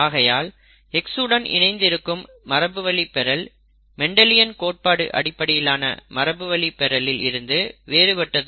ஆகையால் X உடன் இணைத்து இருக்கும் மரபுவழி பெறல் மெண்டலியன் கோட்பாடு அடிப்படையிலான மரபுவழி பெறலில் இருந்து வேறுபட்டது